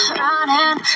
running